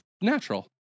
natural